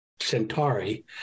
Centauri